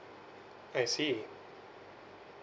I see